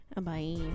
Bye